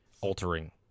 altering